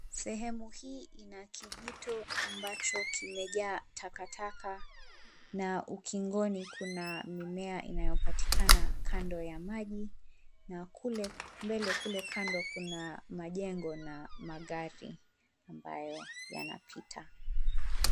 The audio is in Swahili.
Sehemu hii ina kijito ambacho kimejaa takataka na ukingoni kuna mimea inayopatikana kando ya maji. Na kule mbele, kule kando, kuna majengo na magari ambayo yanapita.